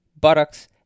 buttocks